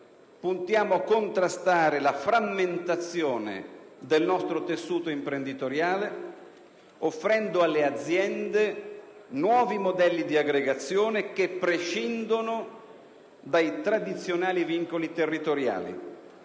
puntiamo a contrastare la frammentazione del nostro tessuto imprenditoriale, offrendo alle aziende nuovi modelli di aggregazione che prescindono dai tradizionali vincoli territoriali.